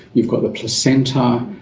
you've got the placenta.